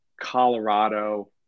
Colorado